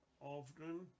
often